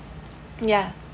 yeah